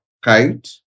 kite